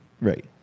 Right